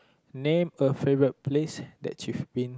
name a favourite place that you've been